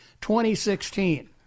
2016